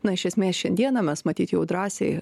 na iš esmės šiandieną mes matyt jau drąsiai